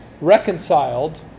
reconciled